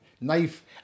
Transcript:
knife